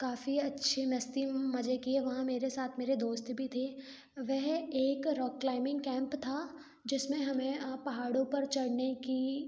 काफी अच्छी मस्ती मजे किए वहाँ मेरे साथ मेरे दोस्त भी थे वह एक रॉक क्लाइंबिंग कैंप था जिसमें हमें आप पहाड़ों पर चढ़ने की